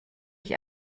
ich